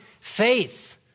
faith